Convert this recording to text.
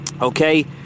Okay